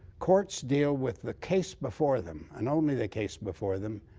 courts deal with the case before them and only the case before them,